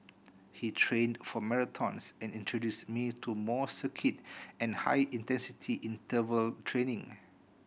he trained for marathons and introduced me to more circuit and high intensity interval training